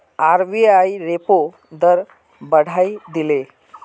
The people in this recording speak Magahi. आर.बी.आई रेपो दर बढ़ाए दिले